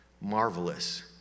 marvelous